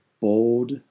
bold